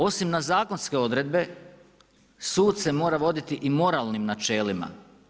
Osim na zakonske odredbe sud se mora voditi i moralnim načelima.